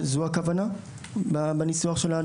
האם זו הכוונה בניסוח של הדיווח?